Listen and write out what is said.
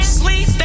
sleep